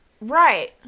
Right